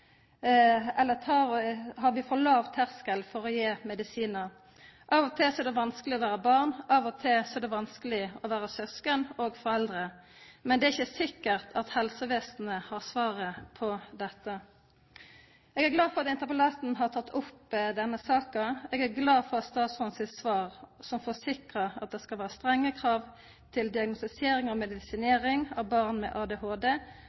eller har vi for låg terskel for å gi medisinar? Av og til er det vanskeleg å vere barn, av og til er det vanskeleg å vere sysken og foreldre, men det er ikkje sikkert at helsevesenet har svaret på dette. Eg er glad for at interpellanten har teke opp denne saka. Eg er glad for at statsråden i sitt svar forsikrar at det skal vere strenge krav til diagnostisering og medisinering av barn med